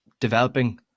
developing